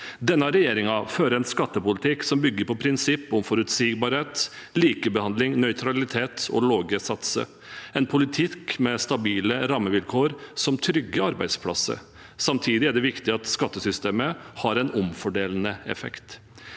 Denne regjeringen fører en skattepolitikk som bygger på prinsipper om forutsigbarhet, likebehandling, nøytralitet og lave satser, en politikk med stabile rammevilkår som trygger arbeidsplasser. Samtidig er det viktig at skattesystemet har en omfordelende effekt.